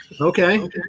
Okay